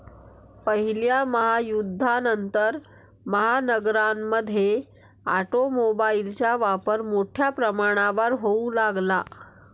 पहिल्या महायुद्धानंतर, महानगरांमध्ये ऑटोमोबाइलचा वापर मोठ्या प्रमाणावर होऊ लागला